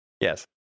yes